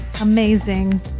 amazing